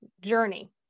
journey